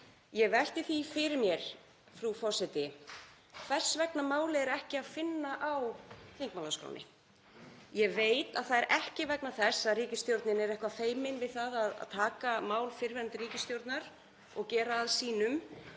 Ég velti því fyrir mér, frú forseti, hvers vegna málið er ekki að finna á þingmálaskránni. Ég veit að það er ekki vegna þess að ríkisstjórnin er eitthvað feimin við að taka mál fyrrverandi ríkisstjórnar og gera að sínum